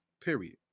period